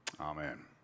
Amen